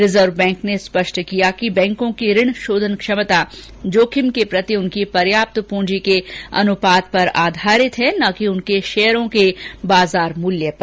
reserve bank ने स्पष्ट किया कि बैंकों की ऋण शोधन क्षमता जोखिम के प्रति उनकी पर्याप्त पृंजी के अनुपात पर आधारित है न कि उनके शेयरों के बाजार मूल्य पर